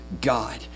God